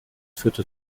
führt